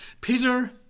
Peter